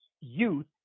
youth